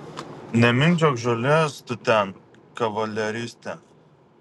nemindžiok žolės tu ten kavaleriste